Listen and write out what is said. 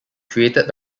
created